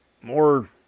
more